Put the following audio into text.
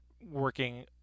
working